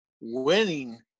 winning